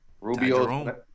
Rubio